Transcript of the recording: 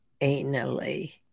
anally